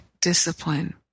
discipline